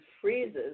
freezes